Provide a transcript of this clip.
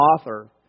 author